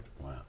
Wow